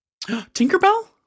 Tinkerbell